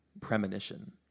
premonition